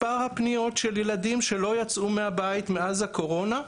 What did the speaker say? מספר הפניות של ילדים שלא יצאו מהבית מאז הקורונה,